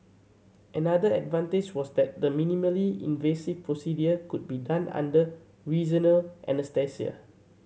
another advantage was that the minimally invasive procedure could be done under regional anaesthesia